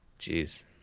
Jeez